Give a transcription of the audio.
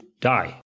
die